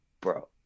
bro